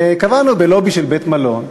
קבענו בלובי של בית-מלון,